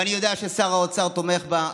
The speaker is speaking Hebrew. ואני יודע ששר האוצר תומך בה,